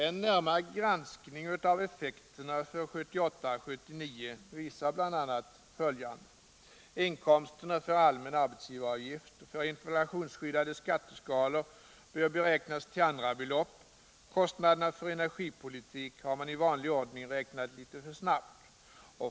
En närmare granskning av effekterna för 1978/79 visar bl.a. följande: Inkomsterna för allmän arbetsgivaravgift och för inflationsskyddade skatteskalor bör beräknas till andra belopp. Kostnaderna för energipolitik har man i vanlig ordning räknat fram litet för snabbt.